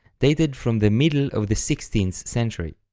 dated from the middle of the sixteenth century.